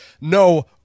no